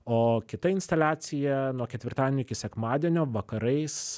o kita instaliacija nuo ketvirtadienio iki sekmadienio vakarais